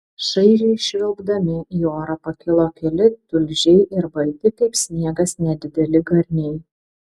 šaižiai švilpdami į orą pakilo keli tulžiai ir balti kaip sniegas nedideli garniai